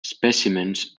specimens